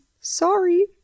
sorry